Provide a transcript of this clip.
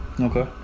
okay